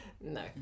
no